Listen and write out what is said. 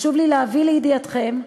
חשוב לי להביא לידיעתכם,